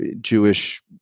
Jewish